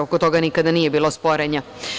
Oko toga nikada nije bilo sporenja.